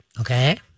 Okay